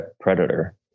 predator